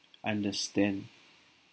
understand